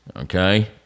okay